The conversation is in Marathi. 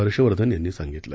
हर्षवर्धन यांनी सांगितलं